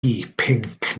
pinc